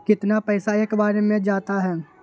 कितना पैसा एक बार में जाता है?